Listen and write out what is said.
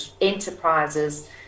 enterprises